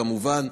כמובן.